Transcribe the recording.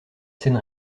scène